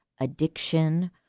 addiction